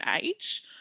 age